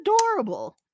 adorable